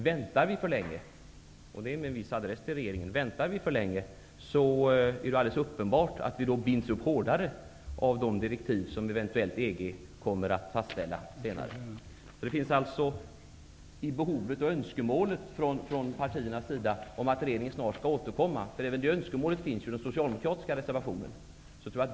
Väntar vi för länge -- jag säger det med adress till regeringen -- är det alldeles uppenbart att vi binds upp hårdare av de direktiv som man senare eventuellt kommer att fastställa inom EG. Önskemålet att regeringen snart skall återkomma i denna fråga finns både hos utskottsmajoriteten och i den socialdemokratiska reservationen i detta avseende.